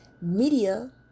media